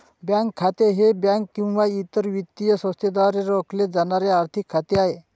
bank खाते हे bank किंवा इतर वित्तीय संस्थेद्वारे राखले जाणारे आर्थिक खाते आहे